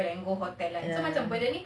ya